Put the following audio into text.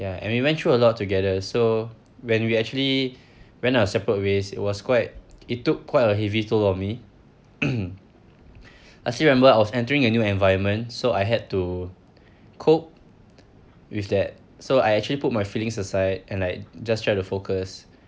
ya and we went through a lot together so when we actually went our separate ways it was quite it took quite a heavy toll on me I still remember I was entering a new environment so I had to cope with that so I actually put my feelings aside and like just try to focus